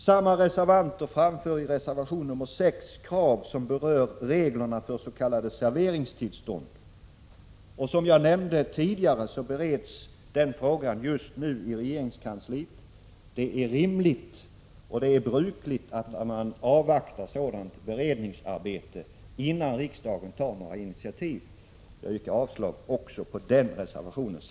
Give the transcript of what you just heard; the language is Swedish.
Samma reservanter framför i reservation nr 6 krav som berör reglerna för s.k. serveringstillstånd. Som jag nämnde tidigare bereds den frågan just nu i regeringskansliet. Det är rimligt och brukligt att man avvaktar sådant beredningsarbete innan riksdagen tar några initiativ. Jag yrkar avslag också på den reservationen.